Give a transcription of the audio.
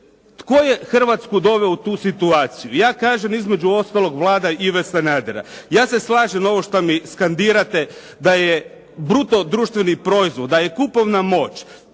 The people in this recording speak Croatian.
Tko je Hrvatsku doveo u tu situaciju? Ja kažem između ostalog Vlada Ive Sanadera. Ja se slažem ovo što mi skandirate da je bruto društveni proizvod, da je kupovna moć